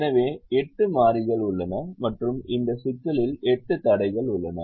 எனவே 8 மாறிகள் உள்ளன மற்றும் இந்த சிக்கலில் 8 தடைகள் உள்ளன